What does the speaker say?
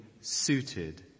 suited